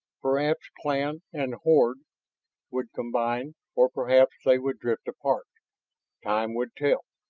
perhaps clan and horde would combine or perhaps they would drift apart time would tell.